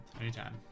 Anytime